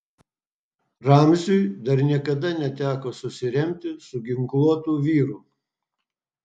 ramziui dar niekada neteko susiremti su ginkluotu vyru